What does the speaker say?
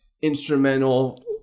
instrumental